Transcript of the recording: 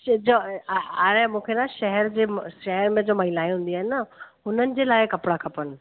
शिजो ऐं आहे हाणे मूंखे न शहर जंहिंमें शहर में जो महिलाए हूंदी आहिनि न हुननि जे लाइ कपिड़ा खपनि